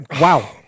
Wow